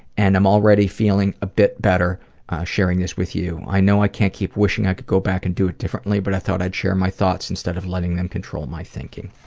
and i'm already feeling a bit better sharing this with you. i know i can't keep wishing i could go back and do it differently, but i thought i'd share my thoughts instead of letting them control my thinking.